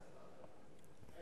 אני